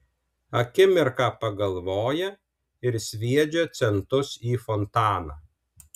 akimirką pagalvoja ir sviedžia centus į fontaną